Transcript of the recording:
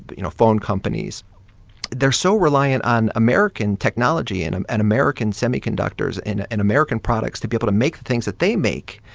you know, phone companies they're so reliant on american technology and um and american semiconductors and and american products to be able to make the things that they make,